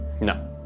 No